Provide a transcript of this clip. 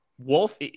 Wolf